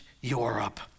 Europe